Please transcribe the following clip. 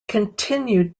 continued